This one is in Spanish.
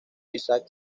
isaac